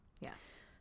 Yes